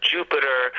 Jupiter